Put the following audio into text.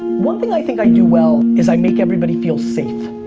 one thing i think i do well is i make everybody feel safe.